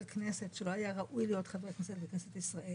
כנסת שלא היה ראוי להיות חבר כנסת בכנסת ישראל,